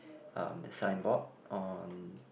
um the signboard on